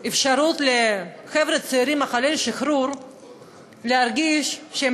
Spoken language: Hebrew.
אפשרות לחבר'ה צעירים אחרי השחרור להרגיש שהם